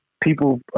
people